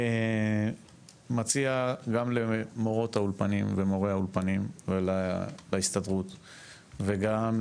אני מציע גם למורות האולפנים ומורי האולפנים ולהסתדרות וגם,